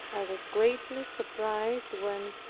i was greatly surprised when,